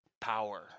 power